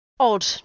Odd